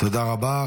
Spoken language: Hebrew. תודה רבה.